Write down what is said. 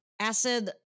Acid